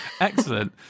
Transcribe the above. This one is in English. Excellent